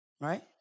Right